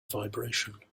vibration